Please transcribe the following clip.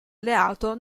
alleato